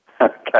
Okay